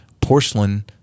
porcelain